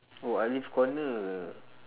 oh alif corner